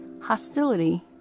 hostility